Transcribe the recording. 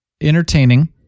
entertaining